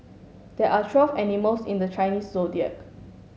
there are twelve animals in the Chinese Zodiac